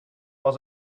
was